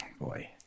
boy